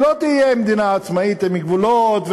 היא לא תהיה מדינה עצמאית עם גבולות,